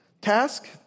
Task